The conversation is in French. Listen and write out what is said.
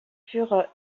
furent